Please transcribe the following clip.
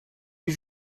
les